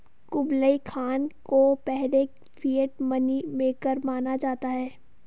Kublai Khan को पहले fiat money maker माना जाता है